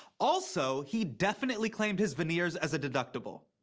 also, he definitely claimed his veneers as a deductible.